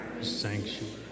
sanctuary